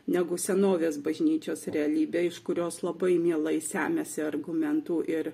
negu senovės bažnyčios realybę iš kurios labai mielai semiasi argumentų ir